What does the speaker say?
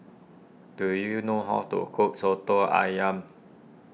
do you know how to cook Soto Ayam